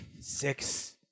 Six